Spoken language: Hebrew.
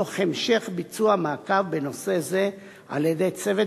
תוך המשך ביצוע מעקב בנושא זה על-ידי צוות